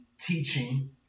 teaching